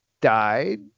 died